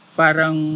parang